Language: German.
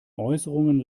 äußerungen